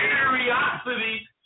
Curiosity